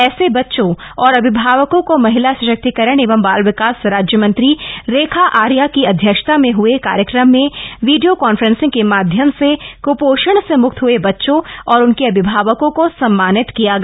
ऐसे बच्चों और अभिभावकों को महिला सशक्तिकरण एवं बाल विकास राज्य मंत्री रेखा आर्या की अध्यक्षता में हए कार्यक्रम में वीडियो कांफ्रेसिंग के माध्यम से कृपोषण से मुक्त हए बच्चों और उनके अभिभावको को सम्मानित किया गया